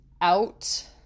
out